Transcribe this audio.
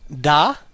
Da